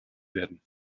werden